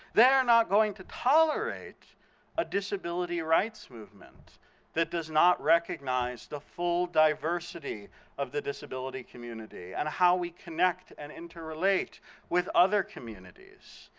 they are not going to tolerate a disability rights movement that does not recognize the full diversity of the disability community, and how we connect and interrelate with others communities.